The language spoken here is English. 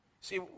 See